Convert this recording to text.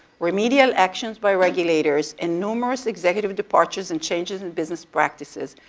remedial actions by regulators and numerous executive departures and changes in business practices.